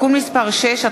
(תיקון מס' 6),